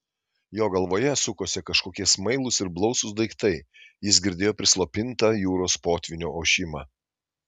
jo galvoje sukosi kažkokie smailūs ir blausūs daiktai jis girdėjo prislopintą jūros potvynio ošimą